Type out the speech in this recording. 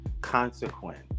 consequence